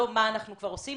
לא מה אנחנו כבר עושים,